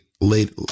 late